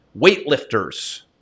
weightlifters